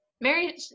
Mary